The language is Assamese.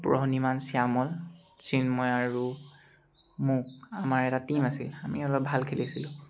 প্ৰহ্ণিমান শ্যামল চিন্ময় আৰু মোক আমাৰ এটা টীম আছিল আমি অলপ ভাল খেলিছিলোঁ